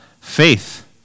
faith